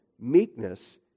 meekness